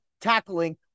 tackling